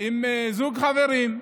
עם זוג חברים.